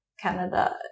Canada